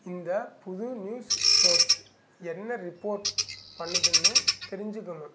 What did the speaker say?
இந்த புது news source என்ன ரிப்போர்ட் பண்ணுதுன்னு தெரிஞ்சுக்கணும்